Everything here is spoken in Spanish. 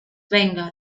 venga